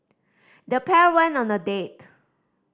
the pair went on a date